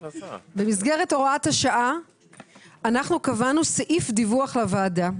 הוראת השעה אנחנו קבענו סעיף דיווח לוועדה,